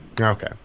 Okay